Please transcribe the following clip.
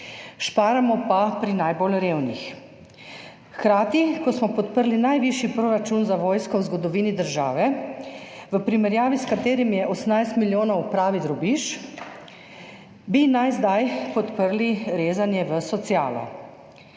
varčujemo pa pri najbolj revnih. Hkrati, ko smo podprli najvišji proračun za vojsko v zgodovini države, v primerjavi s katerim je 18 milijonov pravi drobiž, naj bi zdaj podprli rezanje v socialo.